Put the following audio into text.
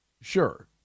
Sure